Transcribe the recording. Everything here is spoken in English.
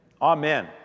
Amen